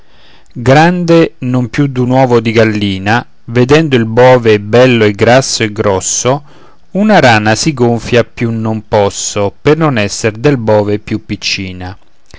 grande non più d'un ovo di gallina vedendo il bove e bello e grasso e grosso una rana si gonfia a più non posso per non esser del bove più piccina